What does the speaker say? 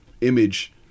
image